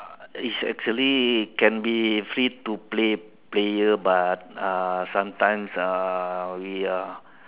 it's actually can be free two play~ player but sometimes uh we are